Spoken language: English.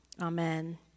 Amen